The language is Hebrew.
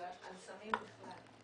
אלא על סמים בכלל.